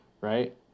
right